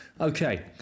okay